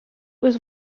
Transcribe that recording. was